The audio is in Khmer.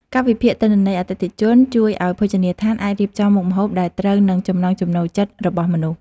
ការវិភាគទិន្នន័យអតិថិជនជួយឱ្យភោជនីយដ្ឋានអាចរៀបចំមុខម្ហូបដែលត្រូវនឹងចំណង់ចំណូលចិត្តរបស់មនុស្ស។